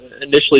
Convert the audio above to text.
initially